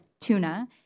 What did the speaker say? tuna